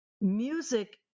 music